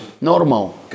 normal